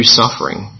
suffering